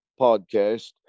podcast